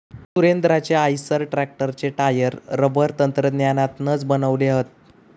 सुरेंद्राचे आईसर ट्रॅक्टरचे tyre rubber तंत्रज्ञानातनाच बनवले हत